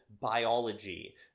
biology